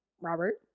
Robert